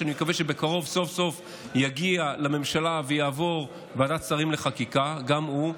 שאני מקווה שבקרוב סוף-סוף יגיע לממשלה ויעבור ועדת שרים לחקיקה גם הוא.